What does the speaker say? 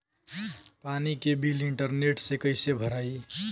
पानी के bill internet से कइसे भराई?